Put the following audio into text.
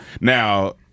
Now